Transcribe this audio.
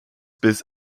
bis